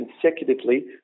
consecutively